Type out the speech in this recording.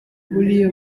buriya